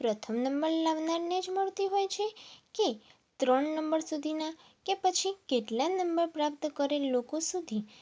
પ્રથમ નંબર લાવનારને જ મળતી હોય છે કે ત્રણ નંબર સુધીના કે પછી કેટલા નંબર પ્રાપ્ત કરેલ લોકો સુધી